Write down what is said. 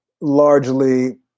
largely